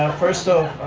first off,